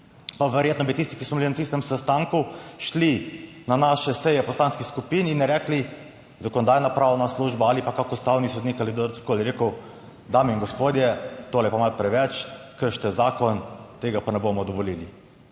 pa verjetno bi tisti, ki smo bili na tistem sestanku, šli na naše seje poslanskih skupin in rekli, Zakonodajno-pravna služba ali pa kak ustavni sodnik ali kdorkoli je rekel, dame in gospodje, tole je pa malo preveč, kršite zakon, tega pa ne bomo dovolili.